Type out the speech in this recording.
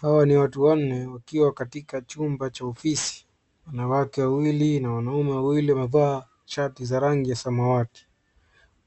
Hawa ni watu wanne wakiwa katika chumba cha ofisi. Wanawake wawili na wanaume wawili wamevaa shati za rangi ya samawati.